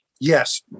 Yes